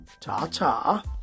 ta-ta